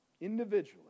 Individually